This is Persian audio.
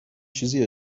چیزی